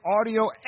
audio